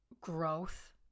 growth